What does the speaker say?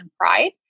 pride